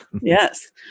Yes